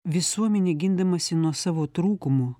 visuomenė gindamasi nuo savo trūkumų